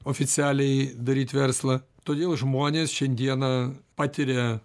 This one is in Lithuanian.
oficialiai daryti verslą todėl žmonės šiandieną patiria